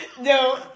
no